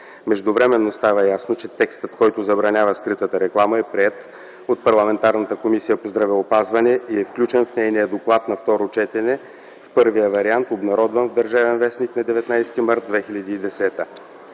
Междувременно става ясно, че текстът, който забранява скритата реклама, е приет от парламентарната Комисия по здравеопазване и е включен в нейния доклад на второ четене (в първия вариант, обнародван в „Държавен вестник” на 19 март 2010